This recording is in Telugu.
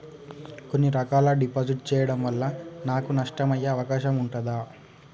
కొన్ని రకాల డిపాజిట్ చెయ్యడం వల్ల నాకు నష్టం అయ్యే అవకాశం ఉంటదా?